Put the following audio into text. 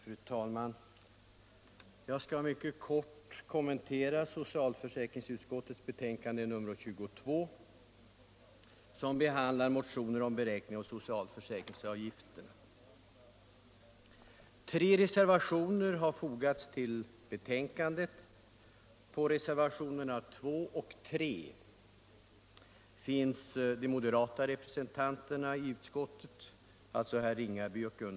Fru talman! Jag skall mycket kortfattat kommentera socialförsäkringsutskottets betänkande nr 22, som behandlar motioner om beräkning av socialförsäkringsavgifter. Tre reservationer har fogats till betänkandet. På reservationerna 2 och 3 finns de moderata representanterna i utskottet med, alltså herr Ringaby och jag.